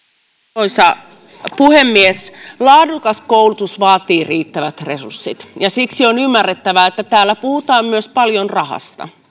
arvoisa puhemies laadukas koulutus vaatii riittävät resurssit ja siksi on ymmärrettävää että täällä puhutaan paljon myös rahasta